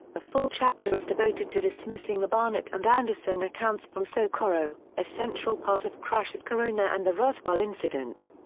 a full chapter is devoted to dismissing the barnett and anderson accounts from socorro, a central part of crash at corona and the roswell incident.